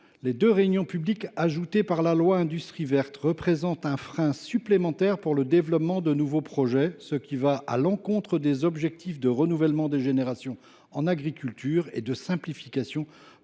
Les deux réunions publiques ajoutées par la loi du 23 octobre 2023 relative à l’industrie verte représentent un frein supplémentaire pour le développement de nouveaux projets. Cela va à l’encontre des objectifs de renouvellement des générations en agriculture et de simplification